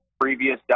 previous